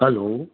hello